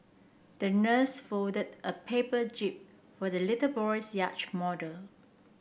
the nurse folded a paper jib for the little boy's yacht model